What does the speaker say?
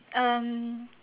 um